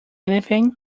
anything